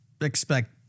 expect